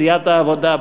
סיעת העבודה.